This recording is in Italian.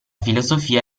filosofia